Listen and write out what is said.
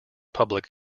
public